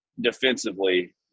defensively